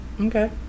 Okay